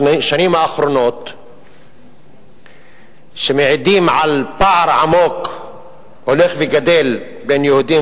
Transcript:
המטרה האמיתית היחידה היא אותה מטרה עסקית לא לגיטימית של התחמקות מיחסי